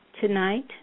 tonight